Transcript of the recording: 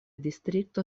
distrikto